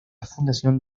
fundación